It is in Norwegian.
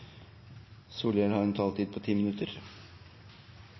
Solhjell har gitt en